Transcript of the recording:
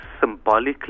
symbolically